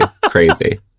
crazy